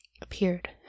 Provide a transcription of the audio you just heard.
appeared